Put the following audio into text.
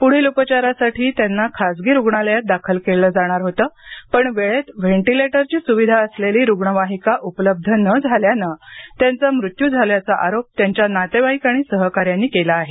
पूढील उपचारासाठी त्यांना खासगी रुग्णालयात दाखल केलं जाणार होतं पण वेळेत व्हेंटीलेटरची सुविधा असलेली रुग्णवाहिका उपलब्ध न झाल्यानं त्यांचा मृत्यू झाल्याचा आरोप त्यांच्या नातेवाईक आणि सहकाऱ्यांनी केला आहे